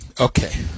Okay